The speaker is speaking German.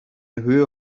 höhe